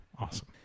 awesome